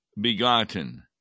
begotten